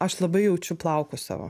aš labai jaučiu plaukus savo